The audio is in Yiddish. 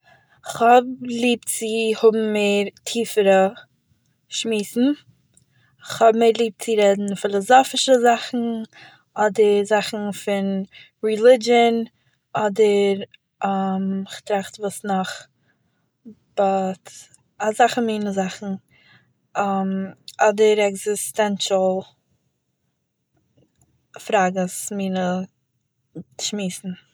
איך האב ליב צו האבן מער טיעפערע שמועסן, איך האב מער ליב צו רעדן פילאסאפישע זאכן, אדער זאכן פון רילידזשען, אדער איך טראכט וואס נאך, באט, אזעלכע מיני זאכן, אדער עקזיסטענשאל פראגעס מיני שמועסן